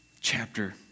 chapter